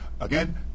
Again